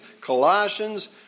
Colossians